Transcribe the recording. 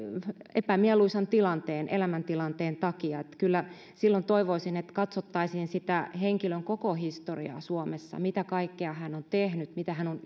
epämieluisan elämäntilanteen takia kyllä toivoisin että silloin katsottaisiin sitä henkilön koko historiaa suomessa mitä kaikkea hän on tehnyt mitä hän on